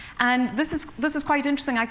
and this is this is quite interesting. like